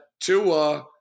Tua